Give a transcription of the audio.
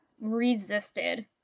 resisted